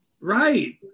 Right